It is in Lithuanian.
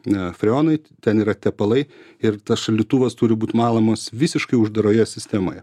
na freonai ten yra tepalai ir tas šaldytuvas turi būt malamas visiškai uždaroje sistemoje